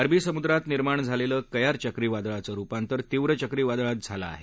अरबी समुद्रात निर्माण झालेलं कयार चक्रीवादळाचं रूपांतर तीव्र चक्रीवादळात झालं आहे